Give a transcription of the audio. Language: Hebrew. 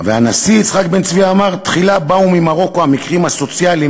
הנשיא יצחק בן-צבי אמר: "תחילה באו ממרוקו המקרים הסוציאליים.